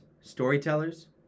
storytellers